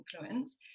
influence